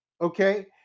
okay